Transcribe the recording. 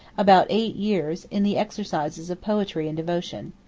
about eight years, in the exercises of poetry and devotion.